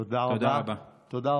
תודה רבה.